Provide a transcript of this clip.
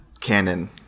canon